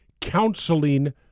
counseling